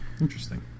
Interesting